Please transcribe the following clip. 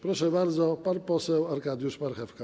Proszą bardzo, pan poseł Arkadiusz Marchewka.